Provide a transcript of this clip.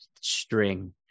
string